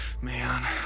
Man